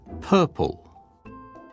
purple